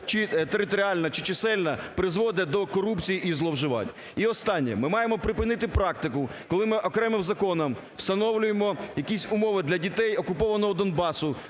чи територіальне, чи чисельне, призводить до корупції і зловживань. І останнє. Ми маємо припинити практику, коли ми окремим законом встановлюємо якісь умови для дітей окупованого Донбасу,